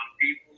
people